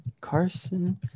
Carson